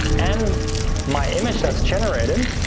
and my image that's generated,